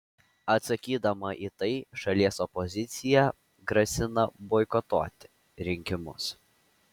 atsakydama į tai šalies opozicija grasina boikotuoti rinkimus